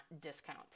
discount